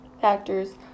factors